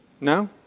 No